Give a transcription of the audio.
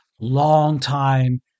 long-time